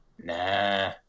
Nah